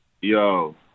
Yo